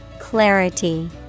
Clarity